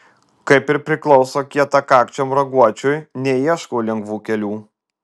kaip ir priklauso kietakakčiam raguočiui neieškau lengvų kelių